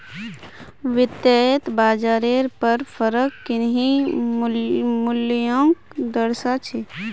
वित्तयेत बाजारेर पर फरक किन्ही मूल्योंक दर्शा छे